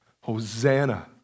Hosanna